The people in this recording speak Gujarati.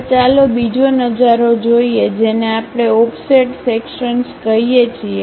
હવે ચાલો બીજો નજારો જોઈએ જેને આપણે ઓફસેટ સેક્શન્સ કહીએ છીએ